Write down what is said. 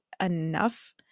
enough